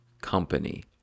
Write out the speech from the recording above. company